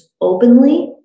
openly